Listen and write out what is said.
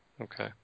Okay